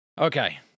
Okay